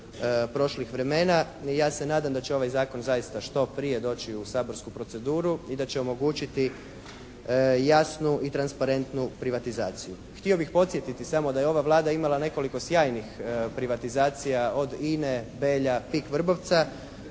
prošlih vremena ja se nadam da će ovaj zakon zaista što prije doći u saborsku proceduru i da će omogućiti jasnu i transparentnu privatizaciju. Htio bih podsjetiti samo da je ova Vlada imala nekoliko sjajnih privatizacija, od INA-e, BELJE-a, PIK Vrbovca.